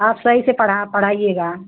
आप सही से पढ़ा पढ़ाइएगा